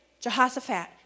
Jehoshaphat